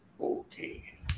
Okay